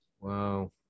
Wow